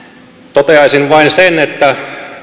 toteaisin vain sen että